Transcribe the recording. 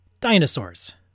dinosaurs